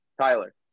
Tyler